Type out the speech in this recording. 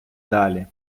далі